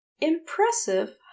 Impressive